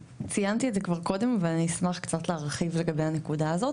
אז ציינתי את זה כבר קודם ואני אשמח קצת להרחיב לגבי הנקודה הזאת.